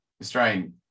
Australian